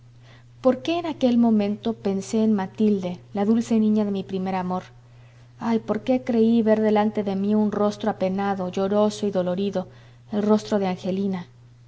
qué en aquel momento pensé en matilde la dulce niña de mi primer amor ay por qué creí ver delante de mí un rostro apenado lloroso y dolorido el rostro de angelina